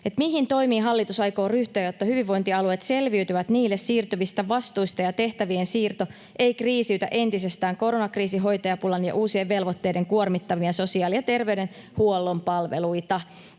”Mihin toimiin hallitus aikoo ryhtyä, jotta hyvinvointialueet selviytyvät niille siirtyvistä vastuista ja tehtävien siirto ei kriisiytä entisestään koronakriisin, hoitajapulan ja uusien velvoitteiden kuormittamia sosiaali- ja terveydenhuollon palveluita?”